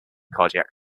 cardiac